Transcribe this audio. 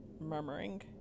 murmuring